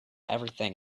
everything